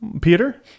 peter